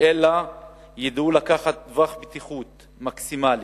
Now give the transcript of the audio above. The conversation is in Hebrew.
אלא ידעו לקחת טווח בטיחות מקסימלי,